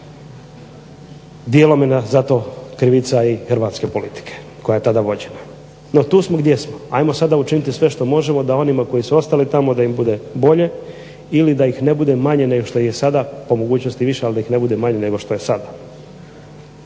dijelom je zato krivica i hrvatske politike koja je tada vođena. No tu smo gdje smo. Ajmo sada učiniti sve što možemo da onima koji su ostali tamo da im bude bulje ili da ih ne bude manje nego što ih je sada, po mogućnosti više ali da ih ne bude manje nego što ih je sada.